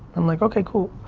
i'm like, okay, cool,